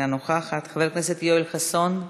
אינה נוכחת, חבר הכנסת יואל חסון,